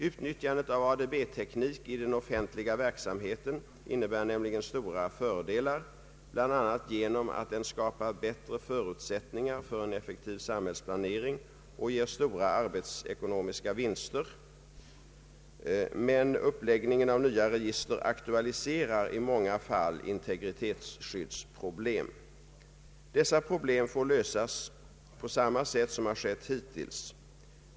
Utnyttjandet av ADB-teknik i den offentliga verksamheten innebär nämligen stora fördelar bl.a. genom att den skapar bättre förutsättningar för en effektiv samhällsplanering och ger stora arbetsekonomiska vinster, men uppläggningen av nya register aktualiserar i många fall integritetsskyddsproblem. Dessa problem får lösas på samma sätt som har skett hittills.